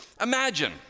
Imagine